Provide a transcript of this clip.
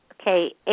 Okay